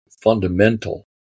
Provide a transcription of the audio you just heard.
fundamental